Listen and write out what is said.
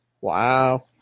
Wow